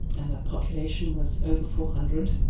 and the population was over four hundred,